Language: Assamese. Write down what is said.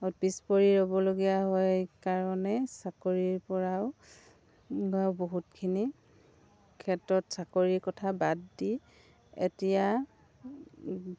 পিছপৰি ৰ'বলগীয়া হয় কাৰণে চাকৰিৰপৰাও বহুতখিনি ক্ষেত্ৰত চাকৰিৰ কথা বাদ দি এতিয়া